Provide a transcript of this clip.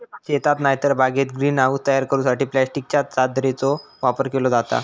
शेतात नायतर बागेत ग्रीन हाऊस तयार करूसाठी प्लास्टिकच्या चादरीचो वापर केलो जाता